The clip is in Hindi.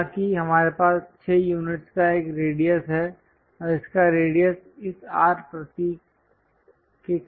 हालाँकि हमारे पास 6 यूनिटस् का एक रेडियस है और इसका रेडियस इस R प्रतीक के कारण है